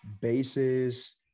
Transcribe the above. bases